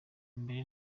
mbere